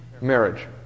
marriage